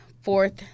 fourth